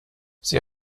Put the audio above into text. sie